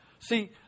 See